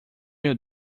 meu